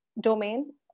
domain